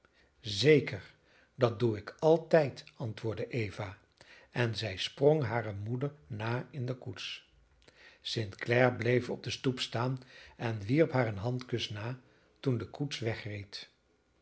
zeker dat doe ik altijd antwoordde eva en zij sprong hare moeder na in de koets st clare bleef op de stoep staan en wierp haar een handkus na toen de koets wegreed